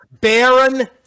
Baron